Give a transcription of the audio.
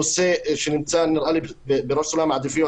נראה לי שזה נושא שנמצא בראש סולם העדיפויות